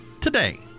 Today